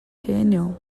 canyon